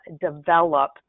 develop